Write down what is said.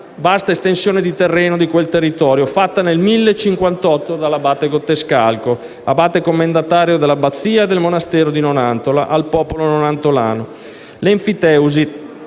vasta estensione di terreno in quel territorio, fatta nel 1058 dall'abate Gotescalco, abate commendatario dell'Abbazia e del monastero di Nonantola, al popolo nonantolano.